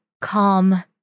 Calm